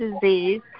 disease